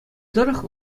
тӑрӑх